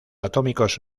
atómicos